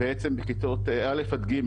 מכיתות א' עד ג',